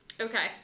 Okay